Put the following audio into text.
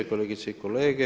Kolegice i kolege.